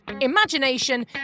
imagination